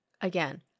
again